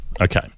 Okay